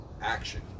action